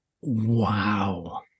wow